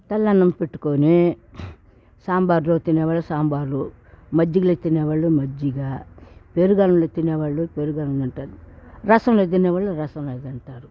తెల్లన్నం పెట్టుకొని సాంబారులో తినేవాళ్ళు సాంబారు మజ్జిగలో తినేవాళ్ళు మజ్జిగ పెరుగన్నంలో తినేవాళ్లు పెరుగన్నం తింటారు రసంలో తినేవాళ్లు రసంలో తింటారు